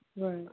Right